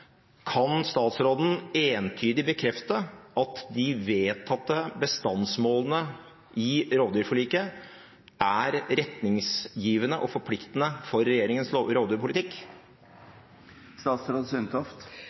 Kan statsråden entydig bekrefte at de vedtatte bestandsmålene i rovdyrforliket er retningsgivende og forpliktende for regjeringens rovdyrpolitikk?